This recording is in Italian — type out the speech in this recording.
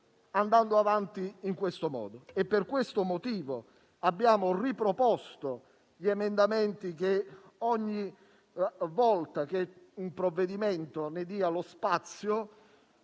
andando avanti in questo modo? Per questo motivo abbiamo riproposto gli emendamenti - ogni volta che un provvedimento ne dà spazio